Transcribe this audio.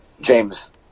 James